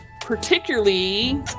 particularly